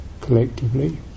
collectively